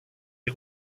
est